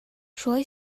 шулай